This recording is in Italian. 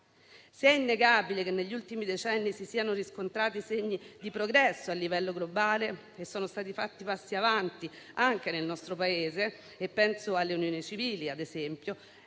Se è innegabile che negli ultimi decenni si siano riscontrati segni di progresso a livello globale e siano stati fatti passi avanti anche nel nostro Paese - penso alle unioni civili, ad esempio